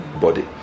body